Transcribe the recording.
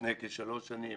לפני כשלוש שנים